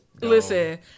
Listen